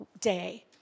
day